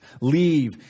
leave